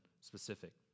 specific